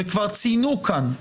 וכבר ציינו כאן,